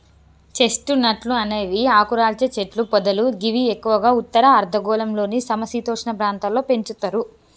chest నట్లు అనేవి ఆకురాల్చే చెట్లు పొదలు గివి ఎక్కువగా ఉత్తర అర్ధగోళంలోని సమ శీతోష్ణ ప్రాంతాల్లో పెంచుతరు